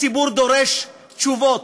הציבור דורש תשובות,